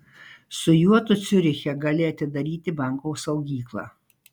su juo tu ciuriche gali atidaryti banko saugyklą